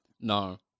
No